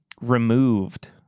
removed